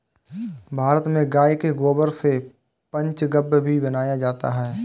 भारत में गाय के गोबर से पंचगव्य भी बनाया जाता है